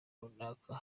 runaka